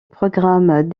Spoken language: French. programmes